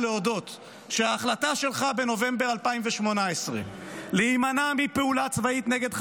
להודות שההחלטה שלך בנובמבר 2018 להימנע מפעולה צבאית נגד חמאס,